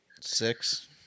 six